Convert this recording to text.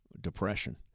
depression